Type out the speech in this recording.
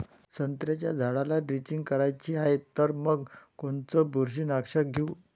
संत्र्याच्या झाडाला द्रेंचींग करायची हाये तर मग कोनच बुरशीनाशक घेऊ?